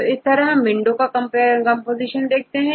तो इस तरह हम विंडो पर कंपोजीशन देख रहे हैं